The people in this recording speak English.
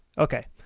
okay.